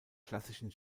klassischen